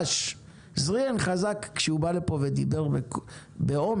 אזריאן חזק כשהוא בא לפה ודיבר באומץ.